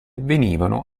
venivano